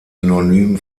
synonym